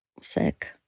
sick